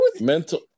Mental